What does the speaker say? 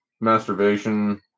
masturbation